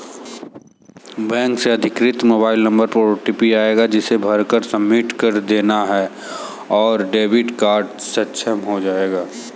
bank से अधिकृत mobile number पर ओटीपी आएगा जिसे भरकर सबमिट कर देना है और डेबिट कार्ड अक्षम हो जाएगा